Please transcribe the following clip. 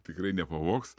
tikrai nepavogs